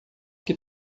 que